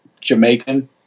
Jamaican